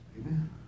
Amen